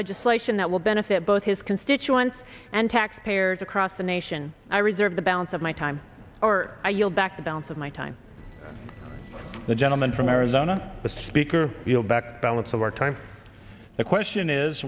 legislation that will benefit both his constituents and taxpayers across the nation i reserve the balance of my time or i yield back the balance of my time the gentleman from arizona the speaker you'll back balance of our time the question is